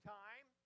time